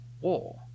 War